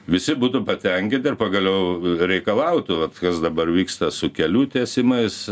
visi būtų patenkinti ir pagaliau reikalautų vat kas dabar vyksta su kelių tiesimais